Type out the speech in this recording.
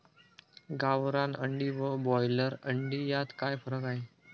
गावरान अंडी व ब्रॉयलर अंडी यात काय फरक आहे?